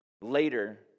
Later